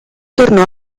tornò